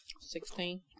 Sixteen